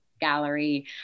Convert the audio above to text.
gallery